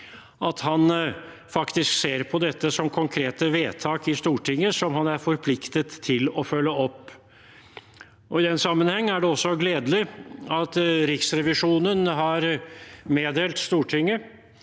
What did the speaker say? at han faktisk ser på dette som konkrete vedtak i Stortinget som han er forpliktet til å følge opp. I den sammenheng er det også gledelig at Riksrevisjonen har meddelt Stortinget